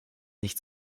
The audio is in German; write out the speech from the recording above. nicht